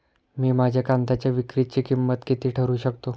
मी माझ्या कांद्यांच्या विक्रीची किंमत किती ठरवू शकतो?